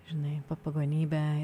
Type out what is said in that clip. žinai pagonybė